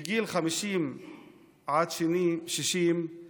מגיל 50 עד 60 הוא